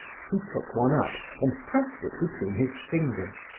he took one up and pressed it between his fingers,